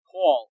Paul